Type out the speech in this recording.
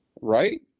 right